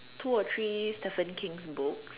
two or three Stephen King's books